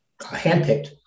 handpicked